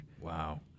Wow